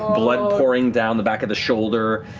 blood pouring down the back of the shoulder,